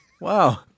wow